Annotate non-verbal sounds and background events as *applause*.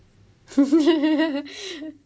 *laughs*